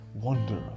wonder